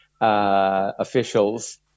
officials